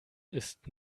ist